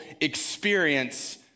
experience